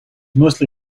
mostly